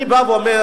אני בא ואומר,